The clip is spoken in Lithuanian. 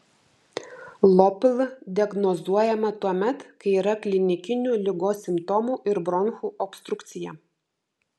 lopl diagnozuojama tuomet kai yra klinikinių ligos simptomų ir bronchų obstrukcija